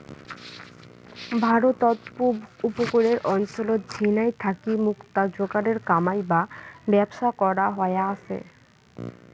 ভারতত পুব উপকূলের অঞ্চলত ঝিনাই থাকি মুক্তা যোগারের কামাই বা ব্যবসা করা হয়া আচে